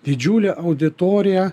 didžiulę auditoriją